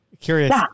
curious